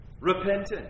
repentance